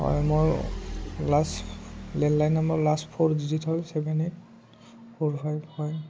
হয় মোৰ last landline number last four digit হ'ল ছেভেন এইট ফ'ৰ ফাইভ হয়